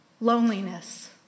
loneliness